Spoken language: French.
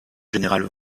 général